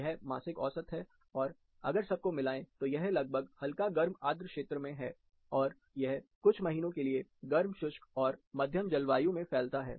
यह मासिक औसत है और अगर सबको मिलाएं तो यह लगभग हल्का गर्म आद्र क्षेत्र में है और यह कुछ महीनों के लिए गर्म शुष्क और मध्यम जलवायु में फैलता है